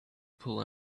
pull